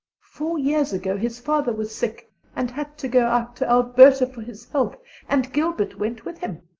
four years ago his father was sick and had to go out to alberta for his health and gilbert went with him.